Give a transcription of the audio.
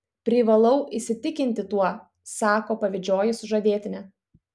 privalau įsitikinti tuo sako pavydžioji sužadėtinė